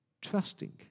Trusting